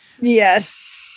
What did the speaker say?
Yes